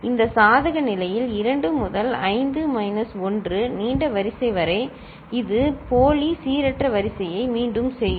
இந்த சாதக நிலையில் 2 முதல் 5 மைனஸ் 1 நீண்ட வரிசை வரை இது போலி சீரற்ற வரிசையை மீண்டும் செய்யும்